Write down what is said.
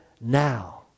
now